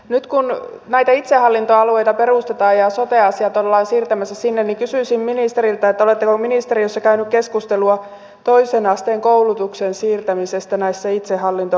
nyt kun näitä itsehallintoalueita perustetaan ja sote asiat ollaan siirtämässä sinne niin kysyisin ministeriltä oletteko ministeriössä käynyt keskustelua toisen asteen koulutuksen siirtämisestä näille itsehallintoalueille